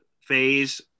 phase